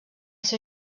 seu